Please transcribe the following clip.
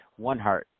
OneHeart